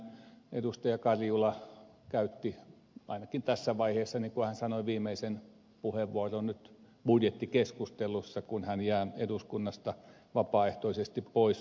karjula käytti ainakin tässä vaiheessa niin kun hän sanoi viimeisen puheenvuoron nyt budjettikeskustelussa kun hän jää eduskunnasta vapaaehtoisesti pois